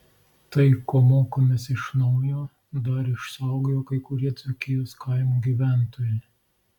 tai ko mokomės iš naujo dar išsaugojo kai kurie dzūkijos kaimų gyventojai